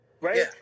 right